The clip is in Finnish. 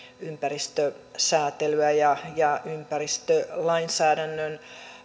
ympäristösäätelyä ja ja ympäristölainsäädännön